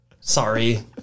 sorry